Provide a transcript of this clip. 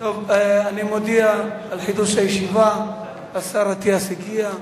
אני מודיע על חידוש הישיבה, השר אטיאס הגיע.